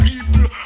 People